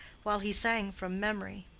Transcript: while he sang from memory.